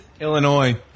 Illinois